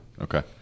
okay